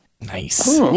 Nice